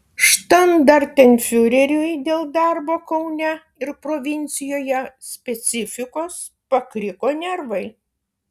štandartenfiureriui dėl darbo kaune ir provincijoje specifikos pakriko nervai